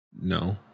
No